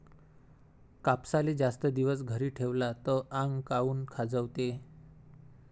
कापसाले जास्त दिवस घरी ठेवला त आंग काऊन खाजवते?